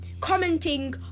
commenting